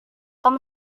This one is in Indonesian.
tom